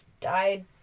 died